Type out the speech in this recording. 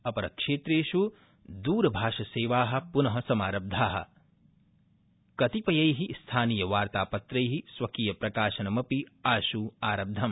अपरक्षेत्रेषु द्रभाषासेवा पुन समारब्धा कतिपयै स्थानीयवार्तापत्रै स्वकीयप्रकाशनमपि आशु आरब्धम्